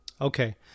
Okay